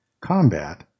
combat